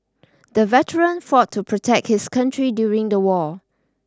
the veteran fought to protect his country during the war